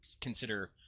consider